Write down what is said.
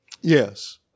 Yes